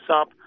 up